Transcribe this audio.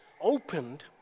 opened